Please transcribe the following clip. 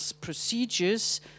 procedures